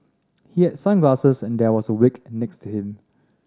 he had sunglasses and there was a wig next to him